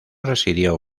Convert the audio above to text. residió